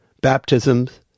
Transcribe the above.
baptisms